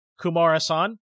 Kumarasan